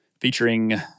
featuring